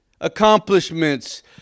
accomplishments